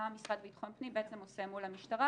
המשרד לביטחון פנים עושה מול המשטרה